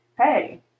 hey